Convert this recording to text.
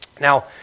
Now